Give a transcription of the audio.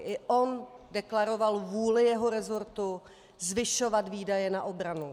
I on deklaroval vůli jeho resortu zvyšovat výdaje na obranu.